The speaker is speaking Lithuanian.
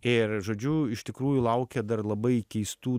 ir žodžiu iš tikrųjų laukia dar labai keistų